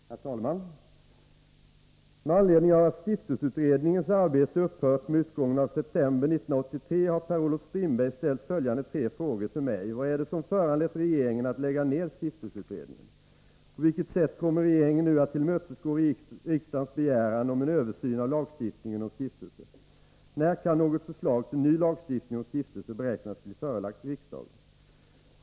Herr talman! Med anledning av att stiftelseutredningens arbete upphört med utgången av september månad 1983 har Per-Olof Strindberg ställt följande tre frågor till mig: 1. Vad är det som föranlett regeringen att lägga ned stiftelseutredningen? 2. På vilket sätt kommer regeringen nu att tillmötesgå riksdagens begäran om en översyn av lagstiftningen om stiftelser? 3. När kan något förslag till ny lagstiftning om stiftelser beräknas bli förelagt riksdagen?